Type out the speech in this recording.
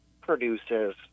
produces